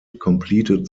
completed